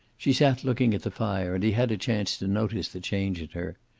she sat looking at the fire, and he had a chance to notice the change in her.